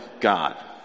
God